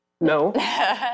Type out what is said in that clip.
no